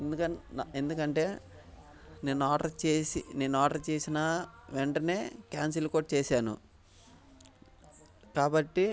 ఎందుకంటే నేను ఆర్డర్ చేసి నేను ఆర్డర్ చేసినా వెంటనే క్యాన్సిల్ కూడా చేసాను కాబట్టి